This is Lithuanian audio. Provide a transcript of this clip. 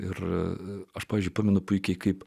ir aš pavyzdžiui pamenu puikiai kaip